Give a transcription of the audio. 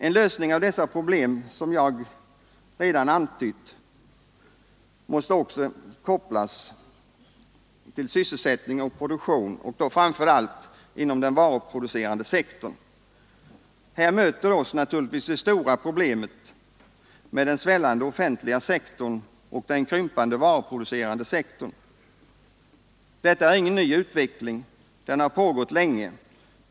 En lösning av dessa problem måste — som jag redan antytt — också kopplas till sysselsättning och produktion, då framför allt inom den varuproducerande sektorn. Här möter oss naturligtvis det stora problemet med den svällande offentliga sektorn och den krympande varuproducerande sektorn. Detta är ingen ny utveckling. Den har pågått länge.